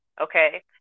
Okay